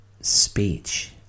speech